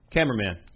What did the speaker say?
Cameraman